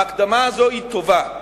ההקדמה הזו היא טובה.